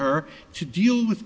her to deal with